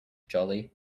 jolly